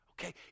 okay